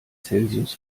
celsius